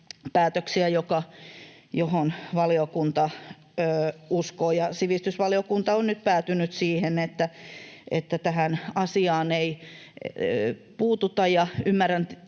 päätöksiä, joihin valiokunta uskoo. Sivistysvaliokunta on nyt päätynyt siihen, että tähän asiaan ei puututa, ja ymmärrän